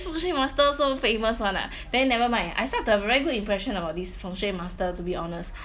feng shui master so famous [one] ah then never mind I start to have a very good impression about this feng shui master to be honest